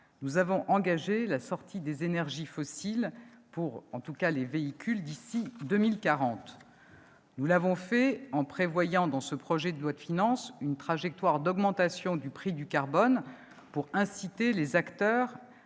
nous avons engagé la sortie des énergies fossiles, en tout cas pour les véhicules, d'ici à 2040. Nous l'avons fait en prévoyant, dans ce projet de loi de finances, une trajectoire d'augmentation du prix du carbone pour inciter les acteurs